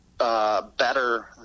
Better